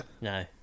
No